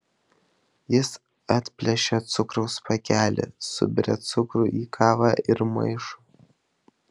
jis atplėšia cukraus pakelį suberia cukrų į kavą ir maišo